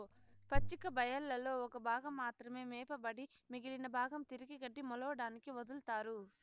పచ్చిక బయళ్లలో ఒక భాగం మాత్రమే మేపబడి మిగిలిన భాగం తిరిగి గడ్డి మొలవడానికి వదులుతారు